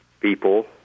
people